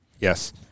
Yes